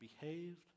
behaved